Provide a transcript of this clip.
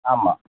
ஆமாம்